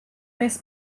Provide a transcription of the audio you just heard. més